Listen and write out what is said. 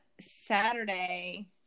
Saturday